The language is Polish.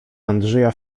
andrzeja